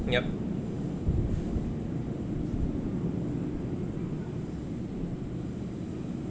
yup